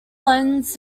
lens